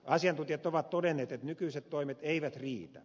asiantuntijat ovat todenneet että nykyiset toimet eivät riitä